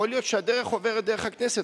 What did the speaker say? יכול להיות שהדרך עוברת דרך הכנסת,